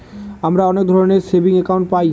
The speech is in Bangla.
আমরা অনেক ধরনের সেভিংস একাউন্ট পায়